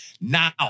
Now